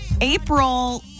April